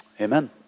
Amen